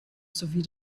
sowie